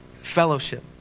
fellowship